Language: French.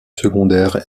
secondaires